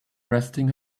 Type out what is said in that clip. resting